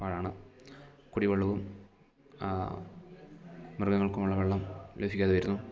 പാഴാണ് കുടിവെള്ളവും മൃഗങ്ങൾക്കുമുള്ള വെള്ളം ലഭിക്കാത വരുന്നു